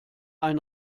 ein